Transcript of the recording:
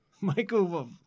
Michael